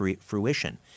fruition